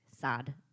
sad